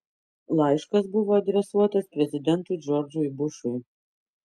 laiškas buvo adresuotas prezidentui džordžui bušui